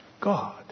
God